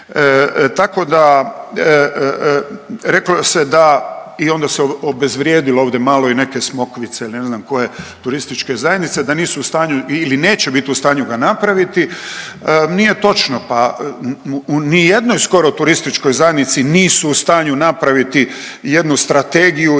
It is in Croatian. Tako da, reklo se da i onda se obezvrijedilo ovdje malo i neke Smokvice ili ne znam koje turističke zajednice da nisu u stanju ili neće bit u stanju ga napraviti. Nije točno, pa u nijednoj skoro turističkoj zajednici nisu u stanju napraviti jednu strategiju,